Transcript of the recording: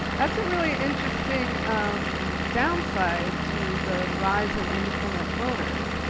that's a really interesting um downside to the rise in independent voters.